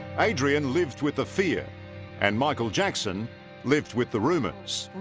adrian lived with the fear and michael jackson lived with the rumors.